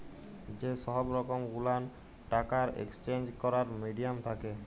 যে সহব রকম গুলান টাকার একেসচেঞ্জ ক্যরার মিডিয়াম থ্যাকে